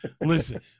listen